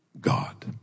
God